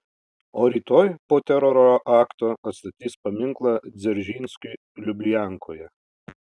o rytoj po teroro akto atstatys paminklą dzeržinskiui lubiankoje